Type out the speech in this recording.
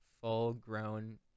full-grown